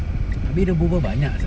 habis dia berapa banyak sia